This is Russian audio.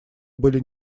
были